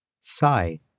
Sigh